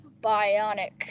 Bionic